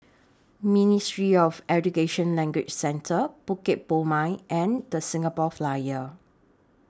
Ministry of Education Language Centre Bukit Purmei and The Singapore Flyer